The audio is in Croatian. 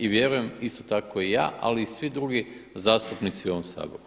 I vjerujem isto tako i ja ali i svi drugi zastupnici u ovom Saboru.